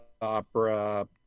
opera